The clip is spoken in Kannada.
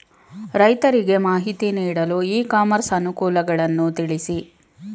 ರೈತರಿಗೆ ಮಾಹಿತಿ ನೀಡಲು ಇ ಕಾಮರ್ಸ್ ಅನುಕೂಲಗಳನ್ನು ತಿಳಿಸಿ?